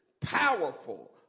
Powerful